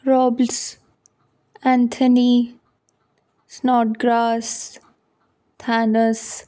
robots Anthony Snodgrass ਥੈਨੱਸ